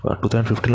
2015